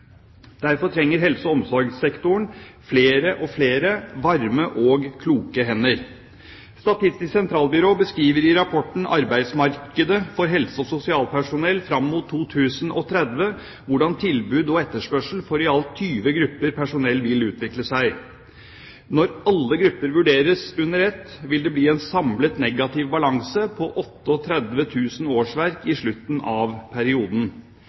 Derfor trenger helse- og omsorgssektoren flere og flere varme hender og kloke hoder. Statistisk sentralbyrå beskriver i rapporten Arbeidsmarkedet for helse- og sosialpersonell fram mot 2030 hvordan tilbud og etterspørsel for i alt 20 grupper personell vil utvikle seg. Når alle grupper vurderes under ett, vil det samlet bli en negativ balanse på 38 000 årsverk i slutten av perioden.